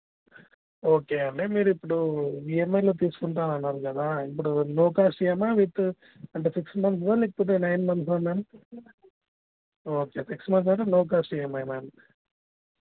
okay అండి మీరు ఇప్పుడు ఈఎంఐలో తీసుకుంటాను అన్నారు కదా ఇప్పుడు నో క్యాస్ట్ ఈఎంఆ విత్ అంటే సిక్స్ మంత్స్దా లేకపోతే నైన్ మంత్స్దా madam six months okay six months అయితే నో క్యాస్ట్ ఈఎంఐ మ్యామ్